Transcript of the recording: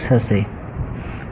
હશે